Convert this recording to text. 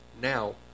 now